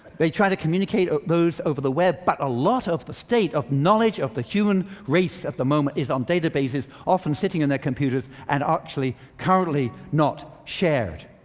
they try to communicate those over the web. but a lot of the state of knowledge of the human race at the moment is on databases, often sitting in their computers, and actually, currently not shared.